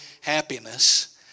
happiness